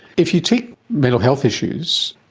if you take mental health issues,